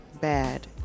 bad